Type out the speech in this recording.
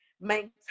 maintain